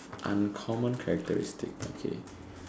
uncommon characteristics okay